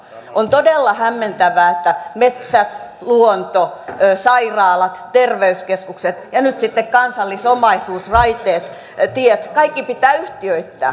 on todella hämmentävää että metsät luonto sairaalat terveyskeskukset ja nyt sitten kansallisomaisuus raiteet tiet kaikki pitää yhtiöittää